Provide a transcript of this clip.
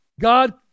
God